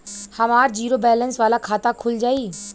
हमार zero balance वाला खाता खुल जाई?